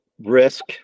risk